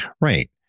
Right